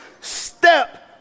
Step